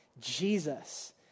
Jesus